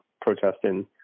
protesting